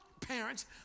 parents